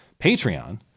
Patreon